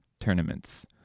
tournaments